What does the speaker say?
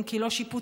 אם כי לא שיפוטית,